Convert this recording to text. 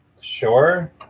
Sure